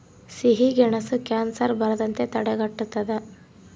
ಸಿಹಿಗೆಣಸು ಕ್ಯಾನ್ಸರ್ ಬರದಂತೆ ತಡೆಗಟ್ಟುತದ